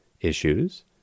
issues